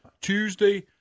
Tuesday